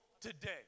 today